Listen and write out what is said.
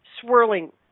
swirling